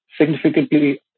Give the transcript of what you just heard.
significantly